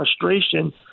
frustration